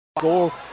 goals